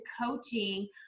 coaching